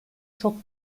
çok